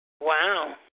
Wow